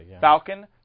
Falcon